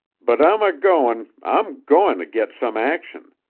but i'm a-goin' i'm going to get some action.